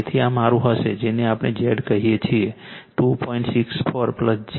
તેથી આ મારું હશે જેને આપણે Z કહીએ છીએ 2